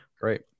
great